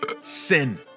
Sin